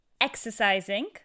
exercising